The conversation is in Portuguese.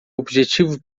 objetivo